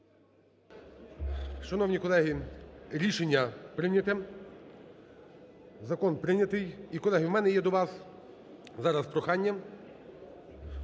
Шановні колеги, рішення прийнято. Закон прийнято. І, колеги, у мене є до вас зараз прохання,